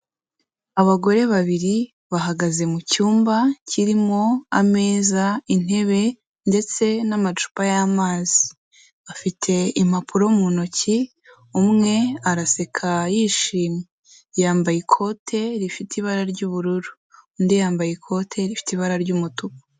Abagore babiri bahagaze mu cyumba kirimo ameza, intebe ndetse n'amacupa y'amazi, bafite impapuro mu ntoki, umwe araseka yishimye, yambaye ikote rifite ibara ry'ubururu, undi yambaye ikote rifite ibara ry'umutuku.